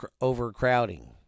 overcrowding